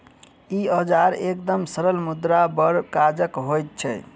ई औजार एकदम सरल मुदा बड़ काजक होइत छै